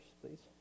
please